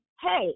Hey